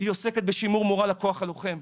היא עוסקת בשימור מורל הכוח הלוחם.